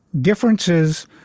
differences